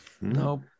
Nope